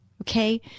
Okay